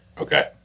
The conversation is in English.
Okay